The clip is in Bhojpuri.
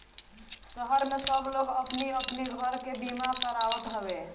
शहर में सब लोग अपनी अपनी घर के बीमा करावत हवे